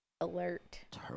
alert